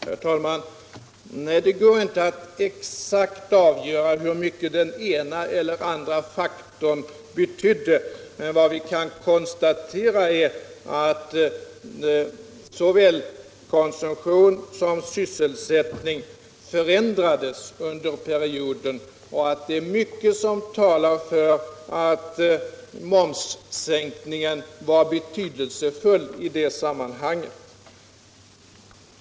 Herr talman! Nej, det är inte möjligt att exakt avgöra hur mycket den ena eller den andra faktorn betydde. Men vad vi kan konstatera är att såväl konsumtion som sysselsättning förändrades under perioden och att mycket talar för att momssänkningen var betydelsefull i det sammanhanget.